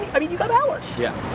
i mean, you got hours. yeah,